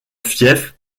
fief